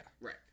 Right